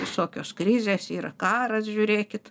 visokios krizės yra karas žiūrėkit